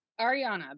ariana